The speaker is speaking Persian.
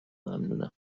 ممنونم